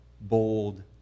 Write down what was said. bold